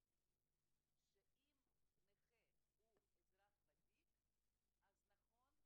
שאם נכה הוא אזרח ותיק אז נכון,